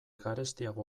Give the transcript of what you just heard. garestiago